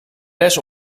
les